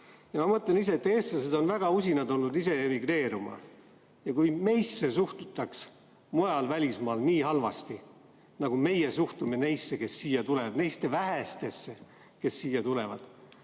Ma mõtlen, et eestlased on väga usinad olnud ise emigreeruma ja kui meisse suhtutaks mujal välismaal nii halvasti, nagu meie suhtume neisse, kes siia tulevad – neisse vähestesse, kes siia tulevad